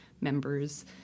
members